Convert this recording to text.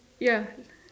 ya